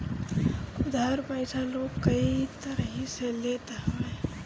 उधार पईसा लोग कई तरही से लेत हवे